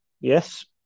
Yes